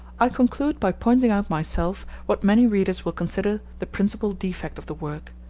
i conclude by pointing out myself what many readers will consider the principal defect of the work.